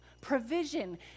provision